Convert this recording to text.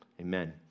amen